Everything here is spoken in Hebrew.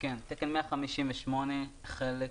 תקן 158 חלק 1,